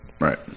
Right